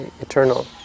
eternal